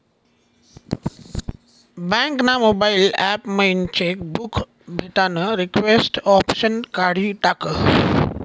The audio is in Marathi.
बँक ना मोबाईल ॲप मयीन चेक बुक भेटानं रिक्वेस्ट ऑप्शन काढी टाकं